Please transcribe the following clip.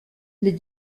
les